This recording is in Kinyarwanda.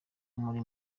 muri